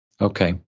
Okay